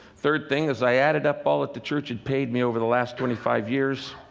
third thing is, i added up all that the church had paid me over the last twenty five years,